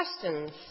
questions